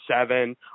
seven